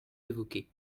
évoquez